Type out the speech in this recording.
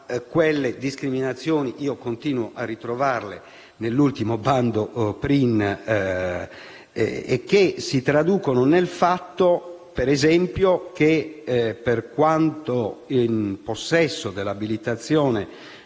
ma quelle discriminazioni continuo a ritrovarle nell'ultimo bando PRIN e si traducono nel fatto, per esempio, che, per quanto in possesso dell'abilitazione